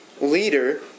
leader